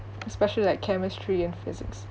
especially like chemistry and physics